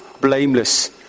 blameless